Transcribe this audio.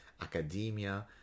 academia